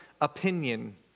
opinion